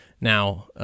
now